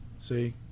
see